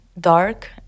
dark